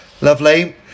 Lovely